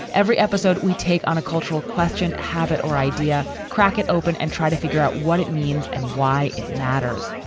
every episode we take on a cultural question, habbit or idf, crack it open and try to figure out what it means and why it matters.